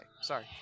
sorry